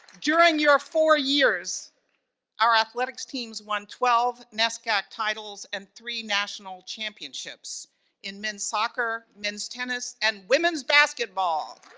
during your four years our athletics teams won twelve nescac titles and three national championships in men's soccer, men's tennis and women's basketball.